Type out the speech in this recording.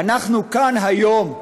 ואנחנו כאן היום,